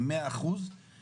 מאה אחוזי נכות,